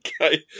Okay